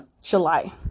July